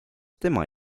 tema